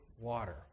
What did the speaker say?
water